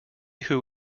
who